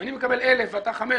אם אני מקבל 1,000 ואתה 500